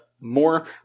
more